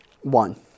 One